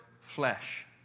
flesh